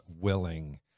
willing